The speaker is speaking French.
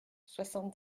soixante